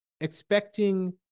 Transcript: expecting